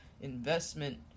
investment